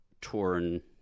torn